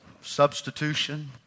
Substitution